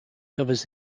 covers